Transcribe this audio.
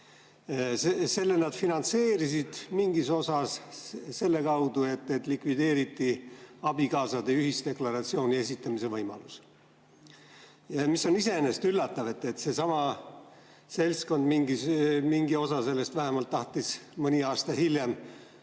Selle nad finantseerisid mingis osas selle kaudu, et likvideeriti abikaasade ühisdeklaratsiooni esitamise võimalus. Iseenesest on üllatav, et seesama seltskond või vähemalt mingi osa sellest tahtis mõni aasta hiljem